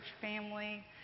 family